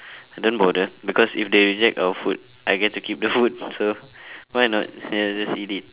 I don't bother because if they reject our food I get to keep the food so why not ya just eat it